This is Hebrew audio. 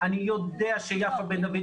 אני יודע שיפה בן דוד,